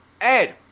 Ed